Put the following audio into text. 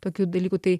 tokių dalykų tai